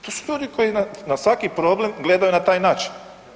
To su ljudi koji na svaki problem gledaju na taj način.